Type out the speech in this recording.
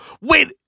wait